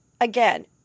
again